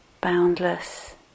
boundless